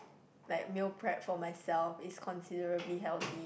like meal prep for myself is considerably healthy